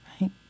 right